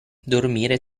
dormire